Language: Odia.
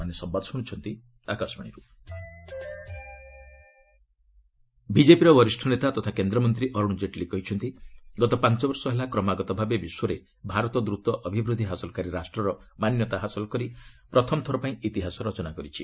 ଜେଟଲୀ ଇକୋନୋମି ବିଜେପିର ବରିଷ୍ଣ ନେତା ତଥା କେନ୍ଦ୍ରମନ୍ତ୍ରୀ ଅରୁଣ ଜେଟଲୀ କହିଛନ୍ତି ଗତ ପାଞ୍ଚ ବର୍ଷ ହେଲା କ୍ରମାଗତ ଭାବେ ବିଶ୍ୱରେ ଭାରତ ଦ୍ରତ ଅଭିବୃଦ୍ଧି ହାସଲକାରୀ ରାଷ୍ଟ୍ରର ମାନ୍ୟତା ହାସଲ କରି ପ୍ରଥମ ଥର ପାଇଁ ଇତିହାସ ରଚନା କରିଛି